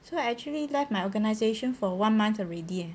so I actually left my organisation for one month already eh